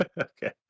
Okay